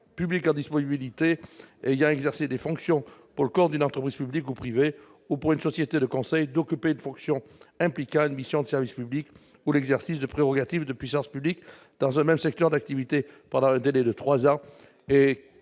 publics en disponibilité, et ayant exercé des fonctions pour le compte d'une entreprise publique ou privée ou pour une société de conseil, d'occuper une fonction impliquant une mission de service public ou l'exercice de prérogatives de puissance publique dans un même secteur d'activité, pendant un délai de trois ans.